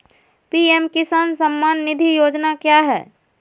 PM Kisan Samman Nidhi Yojana क्या है?